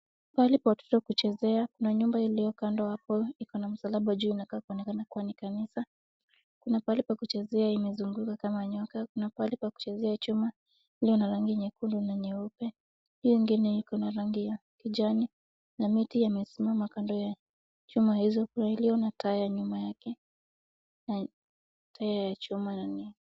Pahali pa watoto kuchezea, kuna nyumba iliyo kando hapo iko na msalaba juu, inakaa kuonekana kuwa ni kanisa. Kuna pahali pa kuchezea, imezunguka kama nyoka; kuna pahali pa kuchezea chuma iliyo na rangi nyekundu na nyeupe, hiyo ingine iko na rangi ya kijani na miti imesimama nyuma ya chuma hizo. Kuna iliyo na taya nyuma yake, na taya ya chuma na ni...